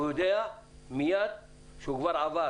יודע מייד שהוא כבר עבר